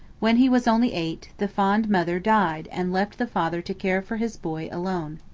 when he was only eight, the fond mother died and left the father to care for his boy alone.